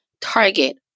Target